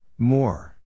More